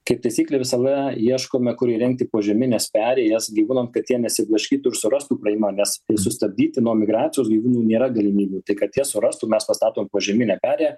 kaip taisyklė visada ieškome kur įrengti požemines perėjas gyvūnam kad jie nesiblaškytų ir surastų praėjimą nes sustabdyti nuo migracijos gyvūnų nėra galimybių tai kad jie surastų mes pastatom požeminę perėją